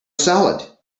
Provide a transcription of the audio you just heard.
salad